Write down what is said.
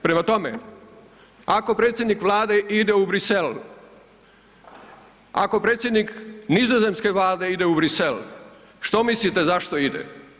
Prema tome, ako predsjednik vlade ide u Brisel, ako predsjednik nizozemske vlade ide u Brisel, što mislite zašto ide?